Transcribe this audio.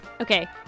okay